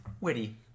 witty